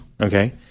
Okay